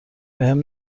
بهم